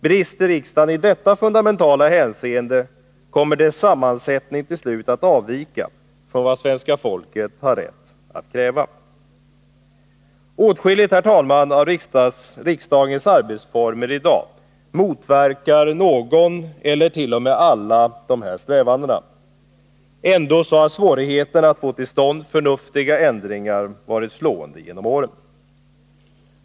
Brister riksdagen i detta fundamentala hänseende kommer dess sammansättning till slut att avvika från vad svenska folket har rätt att kräva. Herr talman! Åtskilliga av riksdagens arbetsformer i dag motverkar någon eller till och med alla av de här strävandena. Ändå har svårigheterna att få till stånd förnuftiga ändringar varit slående genom åren.